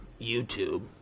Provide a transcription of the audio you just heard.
YouTube